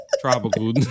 Tropical